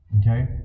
Okay